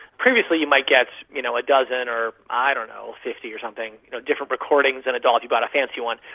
previously you might get you know a dozen or, i don't know, fifty or something you know different recordings in a doll if you've got a fancy one.